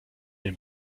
den